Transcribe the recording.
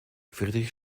friedrich